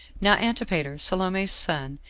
now antipater, salome's son,